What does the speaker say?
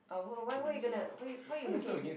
oh why why you gonna why you why you looking at him